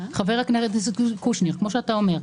חבר הכנסת קושניר, כמו שאתה אומר,